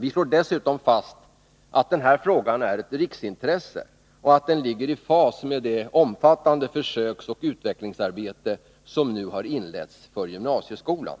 Vi slår dessutom fast att den här frågan är ett riksintresse och att den ligger i fas med det omfattande försöksoch utvecklingsarbete som nu har inletts för gymnasieskolan.